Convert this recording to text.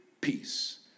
Peace